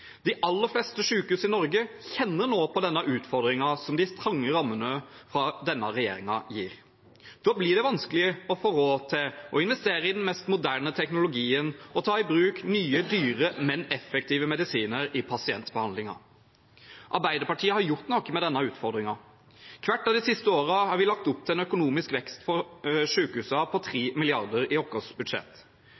De aller fleste sykehus i Norge kjenner nå på den utfordringen som de trange rammene fra denne regjeringen gir. Da blir det vanskelig å få råd til å investere i den mest moderne teknologien og ta i bruk nye, dyre, men effektive medisiner i pasientbehandlingen. Arbeiderpartiet har gjort noe med denne utfordringen. Hvert av de siste årene har vi lagt opp til en økonomisk vekst for sykehusene på